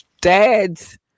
Dads